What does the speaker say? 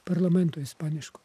parlamento ispaniško